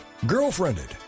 Girlfriended